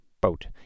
boat